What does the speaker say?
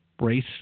Race